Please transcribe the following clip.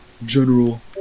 general